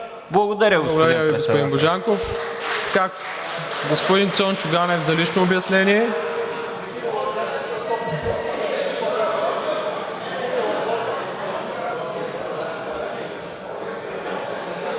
Благодаря Ви, господин Божанков. Господин Цончо Ганев за лично обяснение.